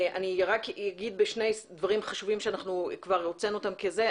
אני רק אגיד בשני דברים חשובים שאנחנו כבר הוצאנו אותם כזה,